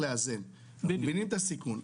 מבינים את הסיכון.